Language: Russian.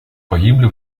погибли